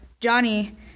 Johnny